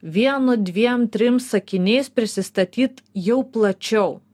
vienu dviem trim sakiniais prisistatyt jau plačiau